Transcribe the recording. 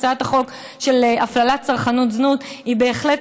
הצעת החוק של הפללת צרכנות זנות היא בהחלט